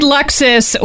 Lexus